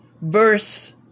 verse